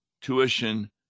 tuition